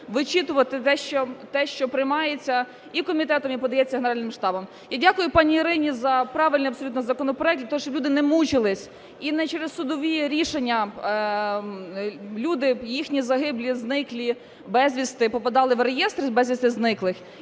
вичитувати те, що приймається комітетом, і подається Генеральним штабом. І дякую пані Ірині за правильний абсолютно законопроект, для того, щоб люди не мучились і не через судові рішення люди, їхні загиблі, зниклі безвісти попадали в реєстр безвісти зниклих